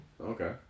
Okay